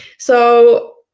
so,